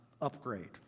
upgrade